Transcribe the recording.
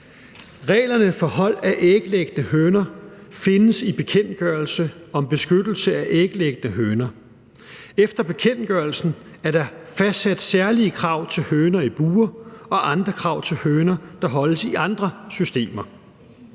Reglerne for hold af æglæggende høner findes i bekendtgørelse om beskyttelse af æglæggende høner. Efter bekendtgørelsen er der fastsat særlige krav til høner i bure og andre krav til høner, der holdes i andre systemer.